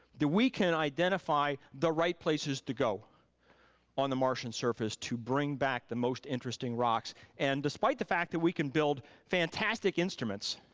we can identify the right places to go on the martian surface to bring back the most interesting rocks and despite the fact that we can build fantastic instruments,